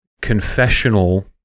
confessional